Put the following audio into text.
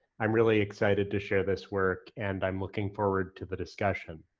i'm really excited to share this work, and i'm looking forward to the discussion.